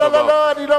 לא, לא, לא.